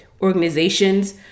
organizations